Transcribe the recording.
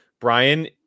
brian